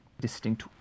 distinct